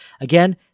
again